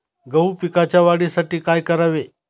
गहू पिकाच्या वाढीसाठी काय करावे?